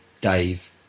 Dave